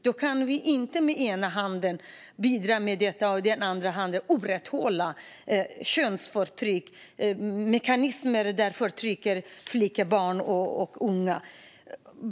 Då kan vi inte med ena handen bidra med detta och med andra handen upprätthålla könsförtryck och mekanismer som trycker ned flickebarn och unga.